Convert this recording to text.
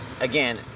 again